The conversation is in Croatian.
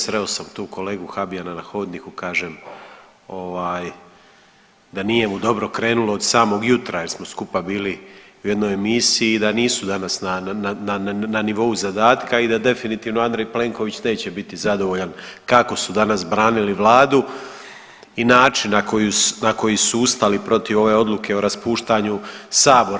Sreo sam tu kolegu Habijana na hodniku, kažem da nije mu dobro krenulo od samog jutra jer smo skupa bili u jednoj emisiji i da nisu danas na nivou zadatka i da definitivno Andrej Plenković neće biti zadovoljan kako su danas branili vladu i način na koji su ustali protiv ove odluke o raspuštanju sabora.